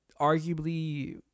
arguably